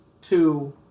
two